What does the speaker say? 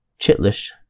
Chitlish